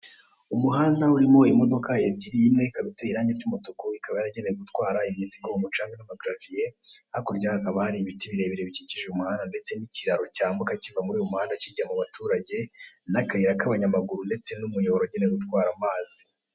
Umuhanda urimo imodoka ebyiri, imwe ikaba iteye irangi ry'umutuku, ikaba yaragenewe gutwara imizigo, umucanga n'amagaraviye, hakurya yaho hakaba hari ibiti birebire bikikije umuhanda ndetse n'ikiraro cyambuka kiva muri uyu muhanda kijya mu baturage n'akayira ndetse n'umuyoboro wagenewe gutwara amazi.